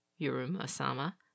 Yuruma-sama